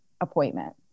appointment